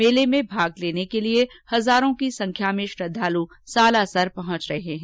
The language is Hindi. मेले में भाग लेने के लिए हजारों की संख्या में श्रद्धालु सालासर पहुंच रहे हैं